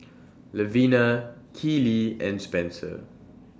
Levina Keely and Spenser